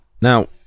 Now